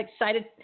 excited